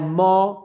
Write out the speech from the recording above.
more